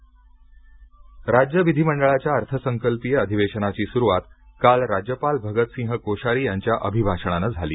विधिमंडळ अधिवेशन राज्य विधिमंडळाच्या अर्थ संकल्पीय अधिवेशनाची सुरुवात काल राज्यपाल भगतसिंह कोश्यारी यांच्या अभिभाषणानं झाली